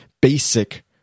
basic